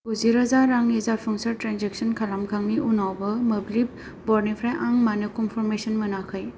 गुजिरोजा रांनि जाफुंसार ट्रेन्जेकसन खालामखांनायनि उनावबो मोब्लिब ब'र्डनिफ्राय आं मानो कन्फ'र्मेसन मोनाखै